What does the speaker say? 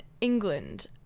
England